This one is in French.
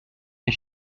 des